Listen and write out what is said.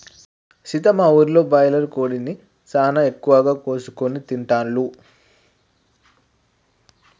సీత మా ఊరిలో బాయిలర్ కోడిని సానా ఎక్కువగా కోసుకొని తింటాల్లు